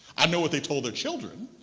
i know what they told their children,